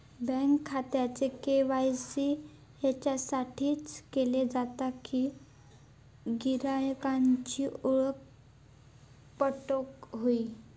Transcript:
bank खात्याचे KYC याच्यासाठीच केले जाता कि गिरायकांची ओळख पटोक व्हयी